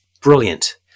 Brilliant